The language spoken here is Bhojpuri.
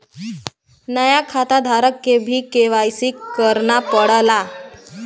नया खाताधारक के भी के.वाई.सी करना पड़ला